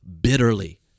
bitterly